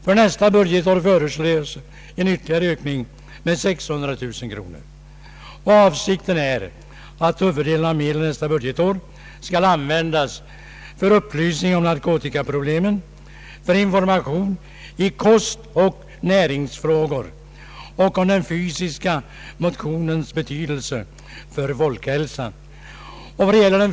För nästa budgetår föreslås en ytterligare höjning med 600 000 kronor. Avsikten är att huvuddelen av medlen för nästa budgetår skall användas till upplysning om narkotikaproblemen, till information i kostoch näringsfrågor och om den fysiska motionens betydelse för folkhälsan.